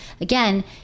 again